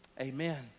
Amen